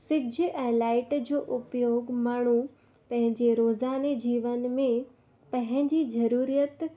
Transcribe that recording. सिॼ ऐं लाइट जो उपयोगु माण्हू पंहिंजे रोज़ाने जीवन में पंहिंजी ज़रूरीअत